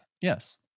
yes